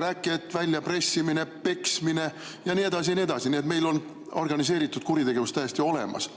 räkit, väljapressimine, peksmine jne, jne. Nii et meil on organiseeritud kuritegevus täiesti olemas.